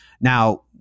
Now